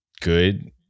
good